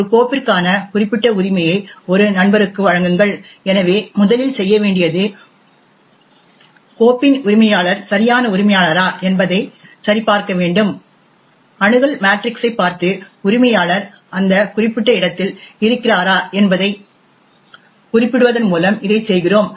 ஒரு கோப்பிற்கான குறிப்பிட்ட உரிமையை ஒரு நண்பருக்கு வழங்குங்கள் எனவே முதலில் செய்ய வேண்டியது கோப்பின் உரிமையாளர் சரியான உரிமையாளரா என்பதை சரிபார்க்க வேண்டும் அணுகல் மேட்ரிக்ஸைப் பார்த்து உரிமையாளர் அந்த குறிப்பிட்ட இடத்தில் இருக்கிறாரா என்பதைக் குறிப்பிடுவதன் மூலம் இதைச் செய்கிறோம்